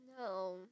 No